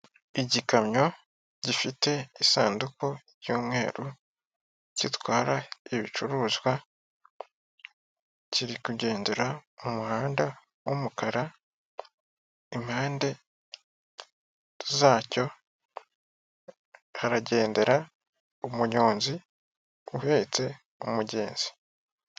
Igikamyo gifite isanduku y'umweru gitwara ibicuruzwa kirikugendera mumuhanda w'umukara impande zacyo haragendera umunyonzi uhetse umugenzi.